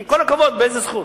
עם כל הכבוד, באיזה זכות?